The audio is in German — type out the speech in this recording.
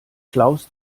klaus